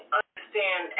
understand